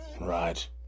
Right